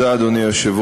תודה, אדוני היושב-ראש.